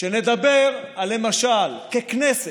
שנדבר למשל, ככנסת,